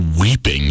weeping